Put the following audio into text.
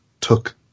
took